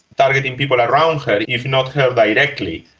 targeting people around her if not her directly,